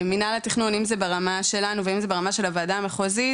מינהל התכנון אם זה ברמה שלנו ואם זה ברמה של הוועדה המחוזית,